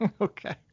Okay